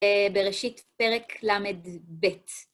בראשית, פרק ל"ב.